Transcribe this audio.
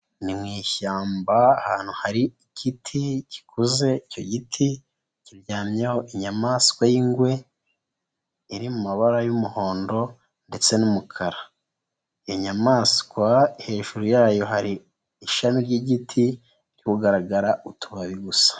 Ni mu ishyamba ahantu hari igiti gikoze, icyo giti kiryamyeho inyamaswa y'ingwe, iri mu mabara y'umuhondo ndetse n'umukara. Inyamaswa hejuru yayo hari ishami ry'igiti hari kugaragara utubabi gusa.